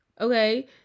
Okay